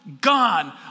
gone